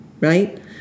Right